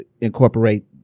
incorporate